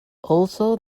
also